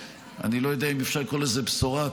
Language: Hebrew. אני לא יודע אם אפשר לקרוא לזה בשורה,